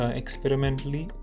experimentally